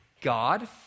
God